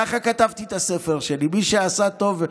ככה כתבתי את הספר שלי: מי שעשה טוב,